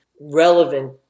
relevant